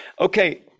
Okay